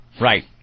Right